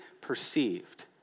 perceived